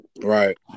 Right